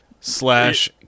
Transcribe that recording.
slash